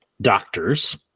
Doctors